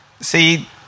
See